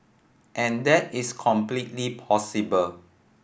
and that is completely possible